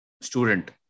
student